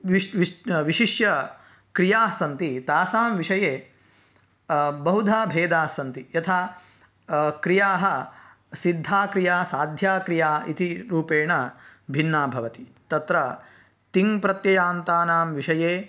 विश् विश् विशिष्य क्रियास्सन्ति तासां विषये बहुधा भेदाः सन्ति यथा क्रियाः सिद्धा क्रिया साध्या क्रिया इति रूपेण भिन्ना भवति तत्र तिङ् प्रत्ययान्तानां विषये